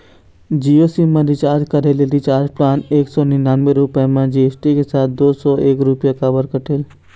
Jio SIM मा recharge करे ले रिचार्ज प्लान एक सौ निन्यानबे रुपए मा जी.एस.टी के साथ दो सौ एक रुपया काबर कटेल?